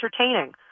entertaining